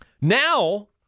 Now